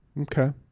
Okay